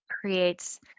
creates